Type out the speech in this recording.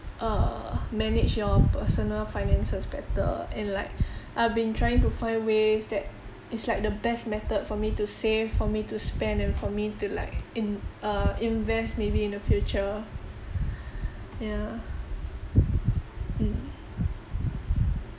uh manage your personal finances better and like I've been trying to find ways that is like the best method for me to save for me to spend and for me to like in~ err invest maybe in the future yeah mm